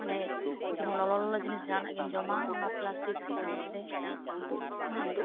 ᱢᱟᱱᱮ ᱡᱮᱢᱚᱱ ᱞᱚᱞᱚ ᱞᱚᱞᱚ ᱡᱤᱱᱤᱥ ᱡᱟᱦᱟᱱᱟᱜ ᱜᱮᱢ ᱡᱚᱢᱟ ᱯᱞᱟᱥᱴᱤᱠ ᱥᱮ ᱠᱟᱜᱚᱡᱽ ᱨᱮ ᱫᱚ